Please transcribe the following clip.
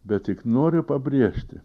bet tik noriu pabrėžti